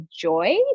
joy